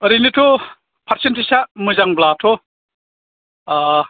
ओरैनोथ' पार्सेन्टेसा मोजांब्लाथ'